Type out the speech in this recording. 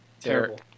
Terrible